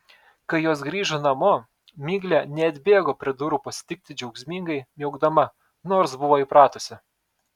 kai jos grįžo namo miglė neatbėgo prie durų pasitikti džiaugsmingai miaukdama nors buvo įpratusi